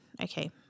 Okay